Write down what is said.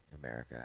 America